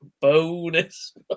bonus